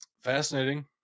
Fascinating